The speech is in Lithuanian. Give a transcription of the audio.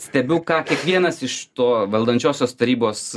stebiu ką kiekvienas iš to valdančiosios tarybos